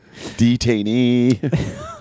Detainee